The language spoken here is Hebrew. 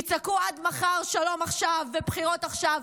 תצעקו עד מחר "שלום עכשיו" ו"בחירות עכשיו",